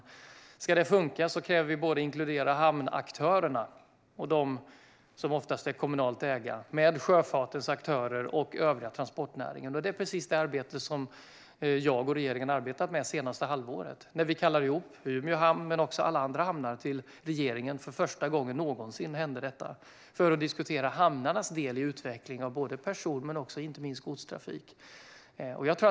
Om detta ska funka måste vi inkludera såväl hamnaktörerna, där det ofta finns ett kommunalt ägande, som sjöfartens aktörer och den övriga transportnäringen. Det är precis detta arbete som jag och regeringen har bedrivit det senaste halvåret. Vi har, för första gången någonsin, kallat Umeå hamn och alla andra hamnar till regeringen för att diskutera hamnarnas del i utvecklingen av både persontrafik och godstrafik.